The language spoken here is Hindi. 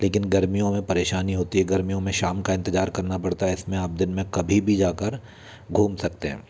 लेकिन गर्मियों में परेशानी होती है गर्मियों में शाम का इंतज़ार करना पड़ता है इस में आप दिन में कभी भी जा कर घूम सकते हैं